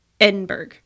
Edinburgh